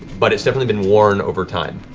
but it's definitely been worn over time.